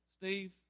Steve